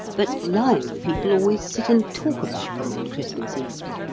but live people always sit and talk about them on christmas eve.